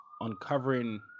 uncovering